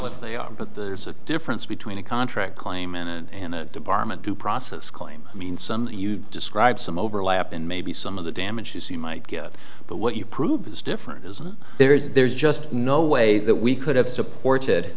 the they are but there's a difference between a contract claim and a department due process claim i mean some you describe some overlap and maybe some of the damages you might get but what you prove is different isn't there is there's just no way that we could have supported